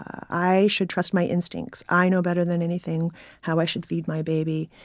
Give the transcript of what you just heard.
i should trust my instincts i know better than anything how i should feed my baby.